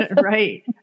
Right